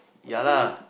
ya lah